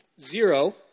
zero